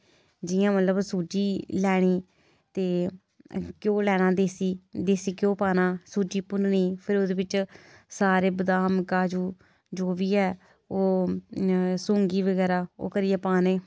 जि'यां मतलब सूजी लैनी ते घ्यो लैना देसी देसी घ्यो पाना सूजी भुन्ननी फिर ओह्दे बिच सारे बदाम काजू जो बी ऐ ओह् सौंगी बगैरा करियै पाने